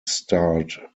starred